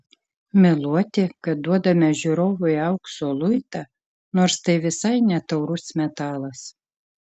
meluoti kad duodame žiūrovui aukso luitą nors tai visai ne taurus metalas